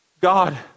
God